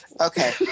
Okay